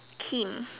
Kim